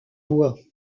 voix